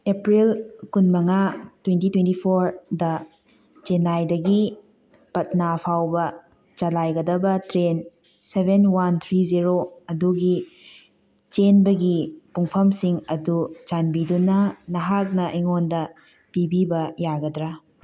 April ꯀꯨꯟ ꯃꯉꯥ twenty twenty ꯐꯣꯔꯗ ꯆꯦꯟꯅꯥꯏꯗꯒꯤ ꯄꯠꯅꯥ ꯐꯥꯎꯕ ꯆꯂꯥꯏꯒꯗꯕ train seven one three zero ꯑꯗꯨꯒꯤ ꯆꯦꯟꯕꯒꯤ ꯄꯨꯡꯐꯝꯁꯤꯡ ꯑꯗꯨ ꯆꯥꯟꯕꯤꯗꯨꯅ ꯅꯍꯥꯛꯅ ꯑꯩꯉꯣꯟꯗ ꯄꯤꯕꯤꯕ ꯌꯥꯒꯗ꯭ꯔꯥ